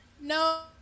No